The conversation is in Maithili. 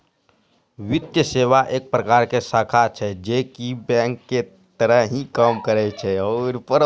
वित्तीये सेवा एक प्रकार के शाखा छै जे की बेंक के तरह ही काम करै छै